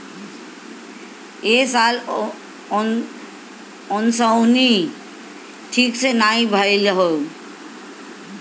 ए साल ओंसउनी ठीक से नाइ भइल हअ